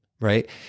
right